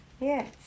yes